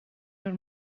your